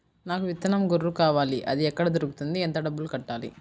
నాకు విత్తనం గొర్రు కావాలి? అది ఎక్కడ దొరుకుతుంది? ఎంత డబ్బులు కట్టాలి?